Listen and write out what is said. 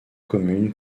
commune